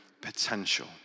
potential